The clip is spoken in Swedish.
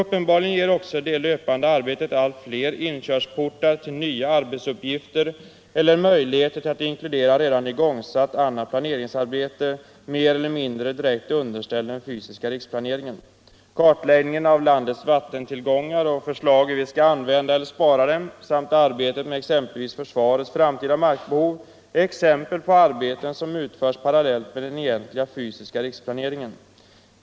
Uppenbarligen ger också det löpande arbetet allt fler inkörsportar till nya arbetsuppgifter eller möjligheter till att inkludera redan igångsatt annat planeringsarbete, mer eller mindre direkt underställt den fysiska riksplaneringen. Kartläggningen av landets vattentillgångar och förslag om hur vi skall använda eller spara dem samt arbetet med bl.a. försvarets framtida markbehov är exempel på arbeten som utförs parallellt med den egentliga fysiska riksplaneringen.